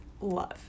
love